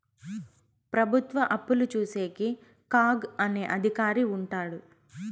ప్రభుత్వ అప్పులు చూసేకి కాగ్ అనే అధికారి ఉంటాడు